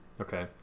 Okay